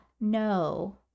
no